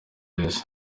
wese